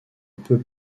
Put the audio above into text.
peu